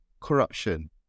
corruption